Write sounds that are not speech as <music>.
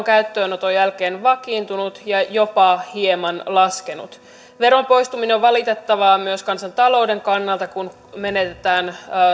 <unintelligible> käyttöönoton jälkeen vakiintunut ja jopa hieman laskenut veron poistuminen on valitettavaa myös kansantalouden kannalta kun menetetään